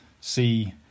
see